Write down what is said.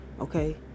okay